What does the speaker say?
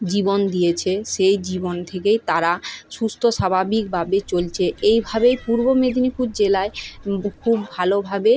জীবন দিয়েছে সেই জীবন থেকেই তারা সুস্থ স্বাভাবিকভাবে চলছে এইভাবেই পূর্ব মেদিনীপুর জেলায় খুব ভালোভাবে